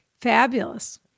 Fabulous